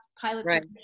pilots